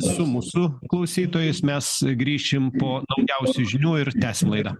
su mūsų klausytojais mes grįšim po naujausių žinių ir tęsim laidą